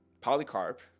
Polycarp